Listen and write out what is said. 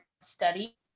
study